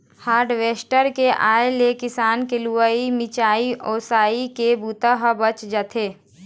harvester के आए ले किसान के लुवई, मिंजई, ओसई के बूता ह बाँच जाथे